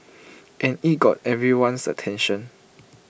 and IT got everyone's attention